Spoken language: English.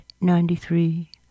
ninety-three